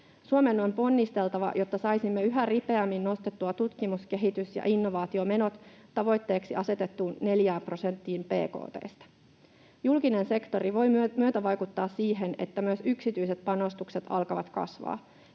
Suomen on ponnisteltava, jotta saisimme yhä ripeämmin nostettua tutkimus-, kehitys- ja innovaatiomenot tavoitteeksi asetettuun 4 prosenttiin bkt:stä. Julkinen sektori voi myötävaikuttaa siihen, että myös yksityiset panostukset alkavat kasvaa.